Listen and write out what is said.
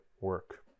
work